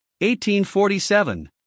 1847